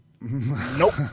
Nope